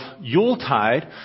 Yuletide